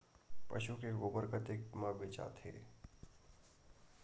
पशु के गोबर कतेक म बेचाथे?